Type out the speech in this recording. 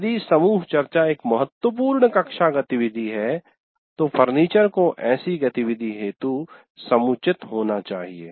यदि समूह चर्चा एक महत्वपूर्ण कक्षा गतिविधि है तो फर्नीचर को ऐसी गतिविधि हेतु समुचित होना चाहिए